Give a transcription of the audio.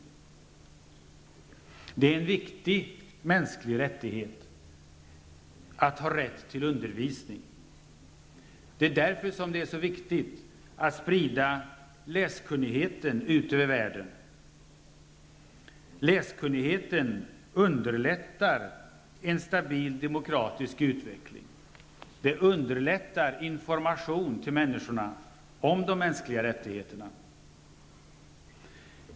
Detta är en viktig mänsklig rättighet. Det är därför angeläget att sprida läskunnigheten i världen. Läskunnigheten underlättar en stabil demokratisk utveckling och information till människorna om de mänskliga rättigheterna.